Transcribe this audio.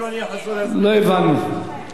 לא הבנו.